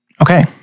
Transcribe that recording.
Okay